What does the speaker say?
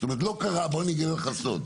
זאת אומרת, בוא אני אגלה לך סוד,